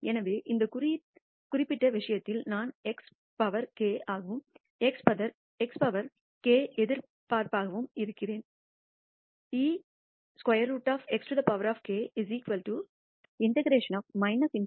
எனவே இந்த குறிப்பிட்ட விஷயத்தில் நான் x பவர் k ஆகவும் x பவர் k எதிர்பார்ப்பாகவும் இருக்கிறேன்